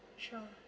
sure